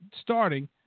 starting